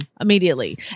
immediately